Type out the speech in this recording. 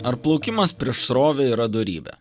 ar plaukimas prieš srovę yra dorybė